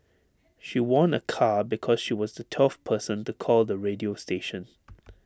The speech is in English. she won A car because she was the twelfth person to call the radio station